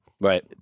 Right